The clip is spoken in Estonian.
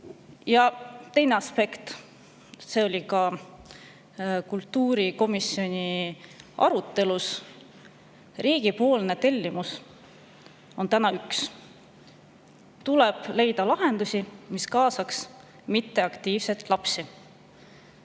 Ja teine aspekt – see oli ka kultuurikomisjonis arutelul. Riigipoolne tellimus on täna ühene: tuleb leida lahendusi, et kaasata mitteaktiivseid lapsi.